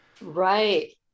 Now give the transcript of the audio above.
Right